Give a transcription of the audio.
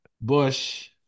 Bush